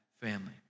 family